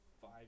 five